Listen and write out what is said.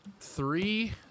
three